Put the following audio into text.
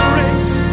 race